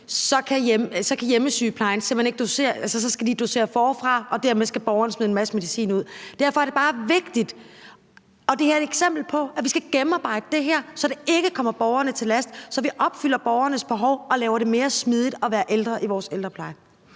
skal hjemmesygeplejen dosere forfra, og dermed skal borgeren smide en masse medicin ud. Derfor er det bare vigtigt, og det er et eksempel på, at vi skal gennemarbejde det her, så det ikke kommer til at ligge borgerne til last, så vi opfylder borgernes behov og gør det mere smidigt at være ældre i vores ældrepleje.